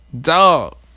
Dog